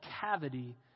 cavity